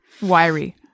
Wiry